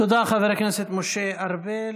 תודה, חבר הכנסת משה ארבל.